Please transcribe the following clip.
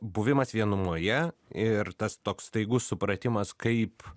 buvimas vienumoje ir tas toks staigus supratimas kaip